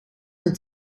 zijn